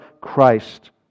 Christ